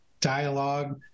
dialogue